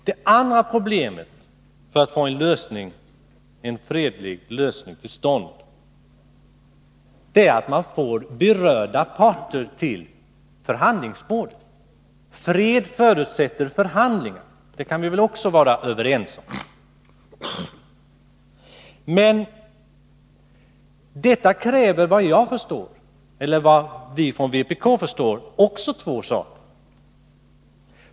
Den andra förutsättningen för att få en fredlig lösning till stånd är att man får berörda parter till förhandlingsbordet. Fred förutsätter förhandling. Det kan vi väl också vara överens om. Men detta kräver enligt vad vi i vpk förstår också två saker.